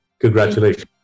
Congratulations